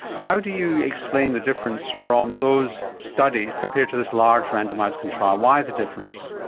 how do you explain the difference from those studies compared to this large randomised control, why the difference?